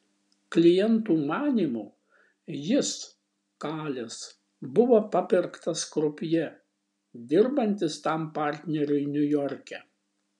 klientų manymu jis kalis buvo papirktas krupjė dirbantis tam partneriui niujorke